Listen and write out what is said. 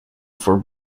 for